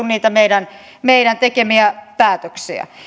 niitä meidän meidän tekemiämme päätöksiä